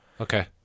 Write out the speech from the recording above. Okay